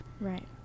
Right